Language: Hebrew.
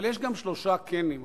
אבל יש גם שלושה "כנים",